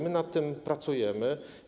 My nad tym pracujemy.